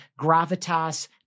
gravitas